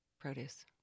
produce